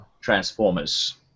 Transformers